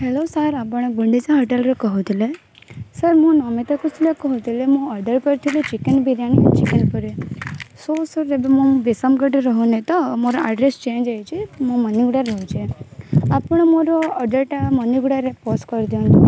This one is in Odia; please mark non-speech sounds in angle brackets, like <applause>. ହ୍ୟାଲୋ ସାର୍ ଆପଣ ଗୁଣ୍ଡିଚା ହୋଟେଲରୁ କହୁଥିଲେ ସାର୍ ମୁଁ ନମିତା କୁସୁମା କହୁଥିଲି ମୁଁ ଅର୍ଡ଼ର କରିଥିଲି ଚିକେନ୍ ବିରିୟାନି <unintelligible> ସୋ ସାର୍ ଏବେ ମୁଁ ବିଷମଗଡ଼ରେ ରହୁନି ତ ମୋର ଆଡ୍ରେସ୍ ଚେଞ୍ଜ ହେଇଯାଇଛି ମୁଁ ମୁନିଗୁଡ଼ାରେ ରହୁଛି ଆପଣ ମୋର ଅର୍ଡ଼ରଟା ମୁନିଗୁଡ଼ାରେ ପୋଷ୍ଟ କରି ଦିଅନ୍ତୁ